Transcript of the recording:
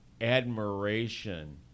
admiration